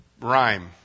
Rhyme